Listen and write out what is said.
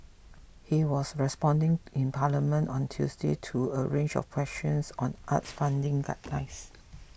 he was responding in Parliament on Tuesday to a range of questions on arts funding guidelines